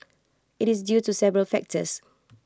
IT is due to several factors